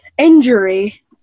Injury